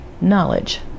knowledge